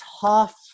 tough